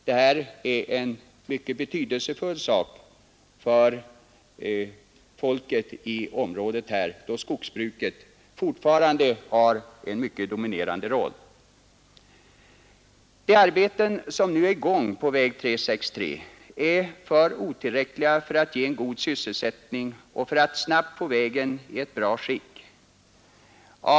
Detta är en mycket betydelsefull sak för folket i området, då skogsbruket fortfarande spelar en mycket dominerande roll. De arbeten som nu är i gång på väg 363 är otillräckliga för att ge en god sysselsättning och för att snabbt få vägen i ett bra skick.